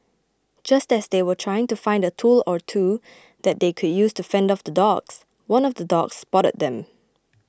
just as they were trying to find a tool or two that they could use to fend off the dogs one of the dogs spotted them